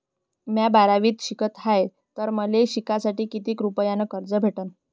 म्या बारावीत शिकत हाय तर मले शिकासाठी किती रुपयान कर्ज भेटन?